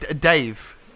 Dave